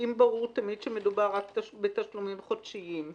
האם ברור תמיד שמדובר רק בתשלומים חודשיים?